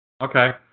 Okay